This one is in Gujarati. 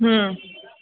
હં